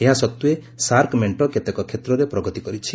ଏହା ସଡ୍ଜେ ସାର୍କ ମେଣ୍ଟ କେତେକ କ୍ଷେତ୍ରରେ ପ୍ରଗତି କରିଛି